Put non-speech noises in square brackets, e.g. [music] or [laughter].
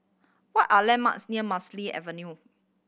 what are landmarks near [unintelligible] Avenue